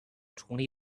twenty